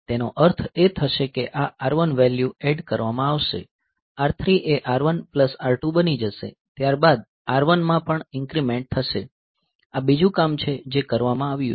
તેનો અર્થ એ થશે કે આ R1 વેલ્યુ એડ કરવામાં આવશે R3 એ R1 પ્લસ R2 બની જશે ત્યાર બાદ R1 માં પણ ઇન્ક્રીમેંટ થશે આ બીજું કામ છે જે કરવામાં આવ્યું છે